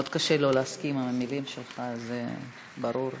מאוד קשה לא להסכים למילים שלך, זה ברור.